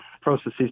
processes